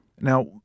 Now